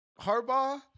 harbaugh